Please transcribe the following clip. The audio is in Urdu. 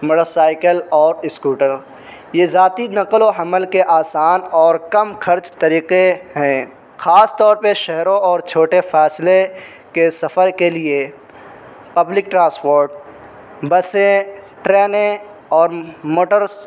موٹر سائیکل اور اسکوٹر یہ ذاتی نقل و حمل کے آسان اور کم خرچ طریقے ہیں خاص طور پہ شہروں اور چھوٹے فاصلے کے سفر کے لیے پبلک ٹرانسپورٹ بسیں ٹرینیں اور موٹرس